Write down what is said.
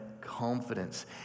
confidence